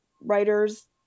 writers